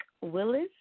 Willis